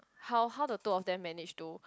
how how the two of them managed to